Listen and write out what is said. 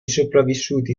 sopravvissuti